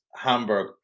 Hamburg